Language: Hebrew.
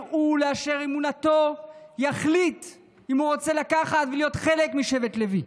הוא ואשר אמונתו יחליט אם הוא רוצה להיות חלק משבט לוי.